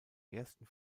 ersten